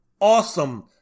awesome